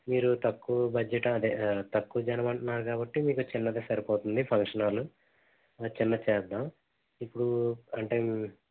మీరు తక్కువ బడ్జెటా అదే తక్కువ జనం అంటున్నారు కాబట్టి చిన్నది సరిపోతుంది ఫంక్షన్ హాలు చిన్నది చేద్దాం ఇప్పుడూ అంటే